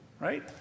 Right